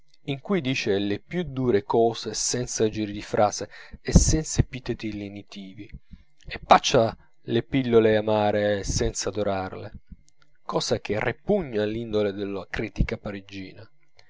in cui dice le più dure cose senza giri di frase e senza epiteti lenitivi e paccia le pillole amare senza dorarle cosa che ripugna all'indole della critica parigina